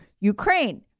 Ukraine